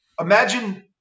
Imagine